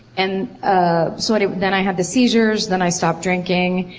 and ah sort of then i had the seizures, then i stopped drinking.